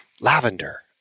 lavender